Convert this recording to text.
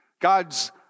God's